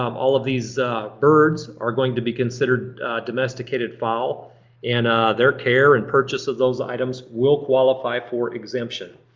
um all of these birds, are going to be considered domesticated fowl and their care and purchase of those items will qualify for exemption.